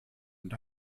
und